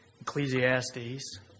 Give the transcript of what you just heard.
Ecclesiastes